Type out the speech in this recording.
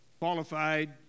qualified